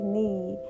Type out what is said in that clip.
need